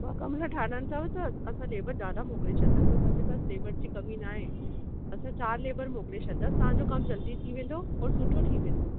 ॿ कमिरा ठाहिराइणा अथव त असां लेबर ज़्यादा मोकिले छॾंदा असांजे पास लेबर जी कमी न आहे असां चारि लेबर मोकिले छॾंदा तव्हांजो कमु जल्दी थी वेंदो और सुठो थी वेंदो